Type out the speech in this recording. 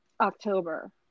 October